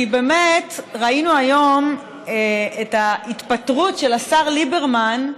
כי, באמת, ראינו היום את ההתפטרות של השר ליברמן,